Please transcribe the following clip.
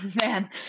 man